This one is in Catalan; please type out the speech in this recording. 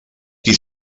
qui